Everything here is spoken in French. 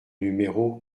numéro